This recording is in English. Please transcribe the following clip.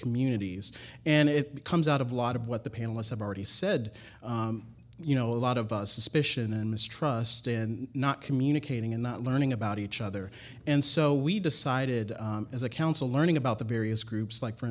communities and it comes out of a lot of what the panelists have already said you know a lot of suspicion and mistrust and not communicating and learning about each other and so we decided as a council learning about the various groups like for